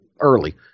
early